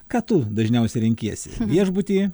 ką tu dažniausiai renkiesi viešbutį